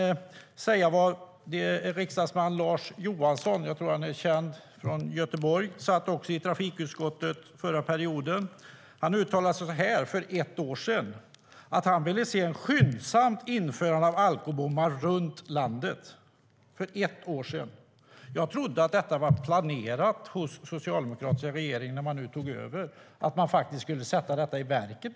Riksdagsmannen Lars Johansson - jag tror att han är känd från Göteborg - satt också i trafikutskottet under förra perioden, och han uttalade för ett år sedan att han ville se ett skyndsamt införande av alkobommar runt om i landet. Det sa han för ett år sedan. Jag trodde att det var planerat hos den socialdemokratiska regeringen att man nu när man tog över och kom till makten faktiskt skulle sätta det här i verket.